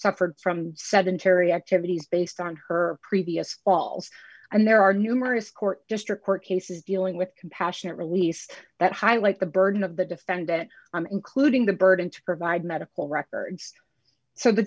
suffered from sedentary activities based on her previous calls i mean there are numerous court district court cases dealing with compassionate release that highlight the burden of the defendant including the burden to provide medical records so the